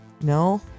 No